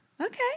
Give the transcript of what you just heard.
Okay